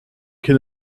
can